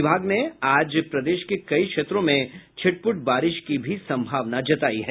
विभाग ने आज प्रदेश के कई क्षेत्रों में छिटपूट बारिश की भी संभावना जतायी है